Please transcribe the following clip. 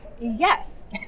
Yes